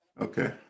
Okay